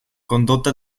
condotta